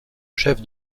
chef